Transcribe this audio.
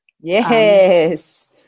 yes